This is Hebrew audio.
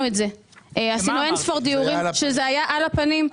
שזה היה על הפנים,